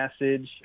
message